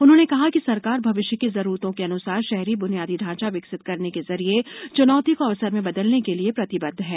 उन्होंने कहा कि सरकार भविष्य की जरूरतों के अनुसार शहरी बुनियादी ढांचा विकसित करने के जरिये चुनौती को अवसर में बदलने के लिए प्रतिबद्ध है